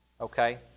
Okay